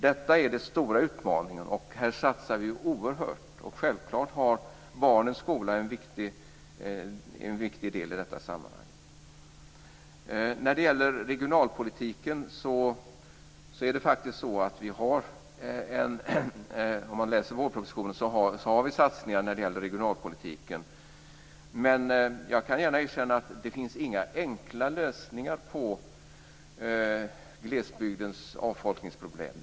Detta är den stora utmaningen, och här satsar vi oerhört. Självklart har barnens skola en viktig del i detta sammanhang. När det gäller regionalpolitiken kan man faktiskt läsa i vårpropositionen att vi har satsningar på denna. Men jag kan gärna erkänna att det inte finns några enkla lösningar på glesbygdens avfolkningsproblem.